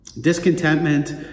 Discontentment